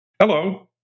Hello